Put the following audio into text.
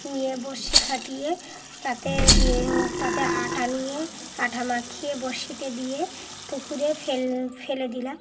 নিয়ে বড়শি খাঁটিয়ে তাতে দিয়ে তাতে আটা নিয়ে আটা মাখিয়ে বড়শিতে দিয়ে পুকুরে ফেল ফেলে দিলাম